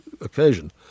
occasion